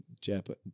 Japan